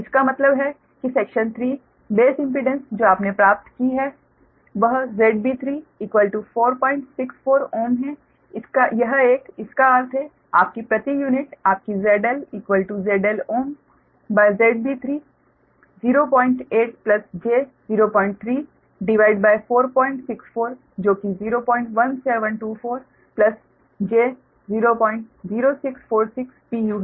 इसका मतलब है कि सेक्शन 3 बेस इम्पीडेंस जो आपने प्राप्त की है वह ZB3 464Ω है यह एक इसका अर्थ है आपकी प्रति यूनिट आपकी ZLZLZB3 08 j 03 भागित 464 जो कि 01724 j00646 pu है